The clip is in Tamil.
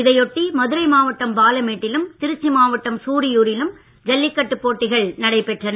இதையொட்டி மதுரை மாவட்டம் பாலமேட்டிலும் திருச்சி மாவட்டம் சூரியூரிலும் ஜல்லிக்கட்டு போட்டிகள் நடைபெற்றன